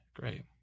Great